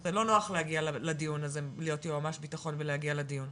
זה לא נוח להגיע לדיון הזה להיות יועמ"ש בטחון ולהגיע לדיון,